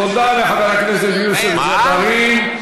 תודה לחבר הכנסת יוסף ג'בארין.